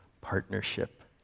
partnership